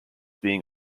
being